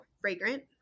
Fragrant